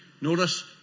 Notice